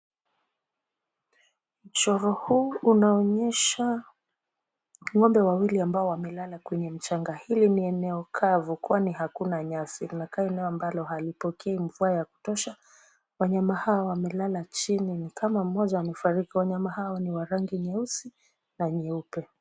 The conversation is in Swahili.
Mchoro huu unaonyesha, ng'ombe wawili ambao wamelala kwenye mchanga. Hili ni eneo kavu kwani hakuna nyasi. Linakaa eneo ambalo halipokei mvua ya kutosha. Wanyama hawa wamelala chini ni kama mmoja amefariki. Wanyama hao ni wa rangi nyeusi na nyeupe.